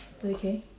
okay